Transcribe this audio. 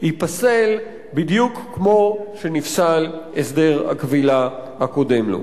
ייפסל בדיוק כמו שנפסל הסדר הכבילה הקודם לו.